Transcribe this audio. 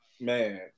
man